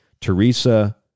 Teresa